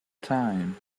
time